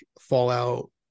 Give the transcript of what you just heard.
fallout